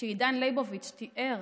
כשעידן ליבוביץ' תיאר